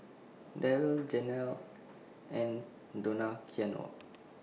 Darryle Janelle and Donaciano